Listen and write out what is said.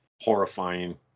horrifying